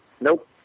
Nope